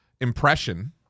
impression